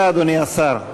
אדוני השר,